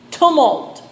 tumult